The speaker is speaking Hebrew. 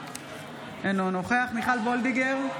אינו נוכח מיכל מרים וולדיגר,